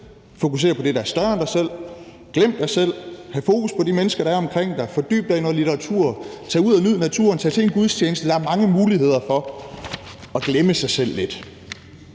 Fokuser på det, der er større end dig selv. Glem dig selv, hav fokus på de mennesker, der omkring dig, fordyb dig i noget litteratur, tag ud og nyd naturen, tag til en gudstjeneste. Der er mange muligheder for at glemme sig selv lidt.